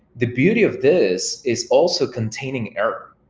the beauty of this is also containing error,